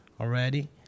already